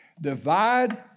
Divide